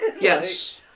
Yes